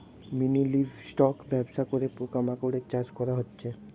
mini livestock ব্যবস্থা করে পোকা মাকড়ের চাষ করা হচ্ছে